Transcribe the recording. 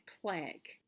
plague